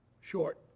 short